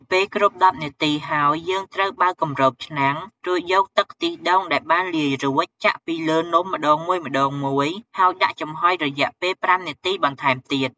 ពេលគ្រប់១០នាទីហើយ យើងត្រូវបើកគម្របឆ្នាំង រួចយកទឹកខ្ទិះដូងដែលបានលាយរួចចាក់ពីលើនំម្ដងមួយៗ ហើយដាក់ចំហុយរយៈពេល៥នាទីបន្ថែមទៀត។